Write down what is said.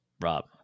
Rob